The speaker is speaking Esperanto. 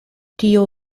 tio